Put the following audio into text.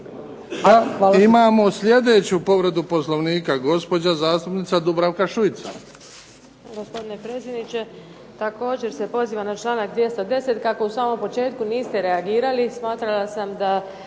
Imamo sljedeću povredu Poslovnika, gospođa zastupnica Dubravka Šuica.